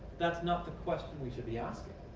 that's not the question we should be asking.